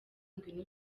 ngwino